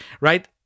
right